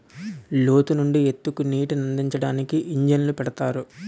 లోతు నుంచి ఎత్తుకి నీటినందించడానికి ఇంజన్లు పెడతారు